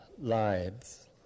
lives